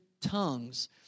tongues